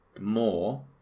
more